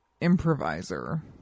Improviser